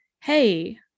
hey